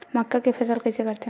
मक्का के फसल कइसे करथे?